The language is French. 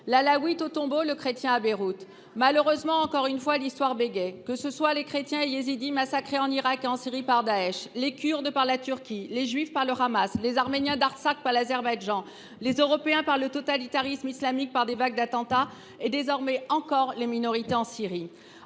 L’Alaouite au tombeau, le Chrétien à Beyrouth. » Malheureusement, l’Histoire bégaie encore une fois, que ce soit pour les Chrétiens et Yézidis massacrés en Irak et en Syrie par Daesh, les Kurdes par la Turquie, les Juifs par le Hamas, les Arméniens d’Artsakh par l’Azerbaïdjan, les Européens par le totalitarisme islamique et les vagues d’attentats, et désormais, encore, les minorités en Syrie.